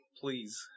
please